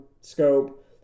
scope